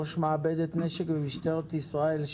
ראש מעבדת נשק במשטרת ישראל,